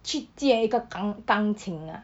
去见一个钢钢琴啊